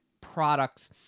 Products